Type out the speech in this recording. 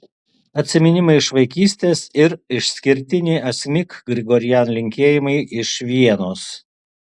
atsiminimai iš vaikystės ir išskirtiniai asmik grigorian linkėjimai iš vienos